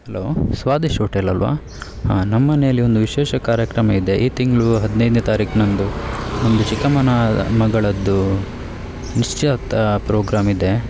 hello Swadish hotel ಅಲ್ಲವಾ ಹಾಂ ನಮ್ಮ ಮನೇಲಿ ಒಂದು ವಿಶೇಷ ಕಾರ್ಯಕ್ರಮ ಇದೆ ಈ ತಿಂಗಳು ಹದಿನೈದನೇ ತಾರೀಕಿನಂದು ನಮ್ಮದು ಚಿಕ್ಕಮ್ಮನ ಮಗಳದ್ದು ನಿಶ್ಚಿತಾರ್ಥ ಪ್ರೋಗ್ರಾಮ್ ಇದೆ